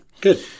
Good